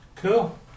cool